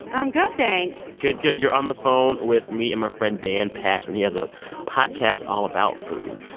i'm good, thanks good good. you're on the phone with me and my friend dan pashman. he has a podcast all about food.